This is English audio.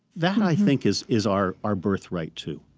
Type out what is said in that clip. that, i think, is is our our birthright too